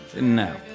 No